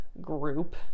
group